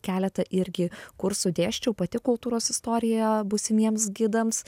keletą irgi kursų dėsčiau pati kultūros istorijoje būsimiems gidams